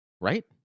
Right